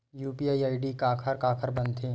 UPI ID काखर काखर बनथे?